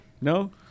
No